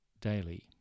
Daily